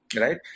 right